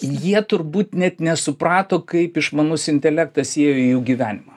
jie turbūt net nesuprato kaip išmanus intelektas įėjo į jų gyvenimą